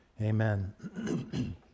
Amen